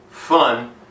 fun